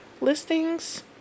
listings